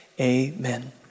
amen